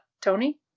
Tony